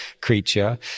creature